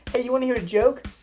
hey, you want to hear a joke,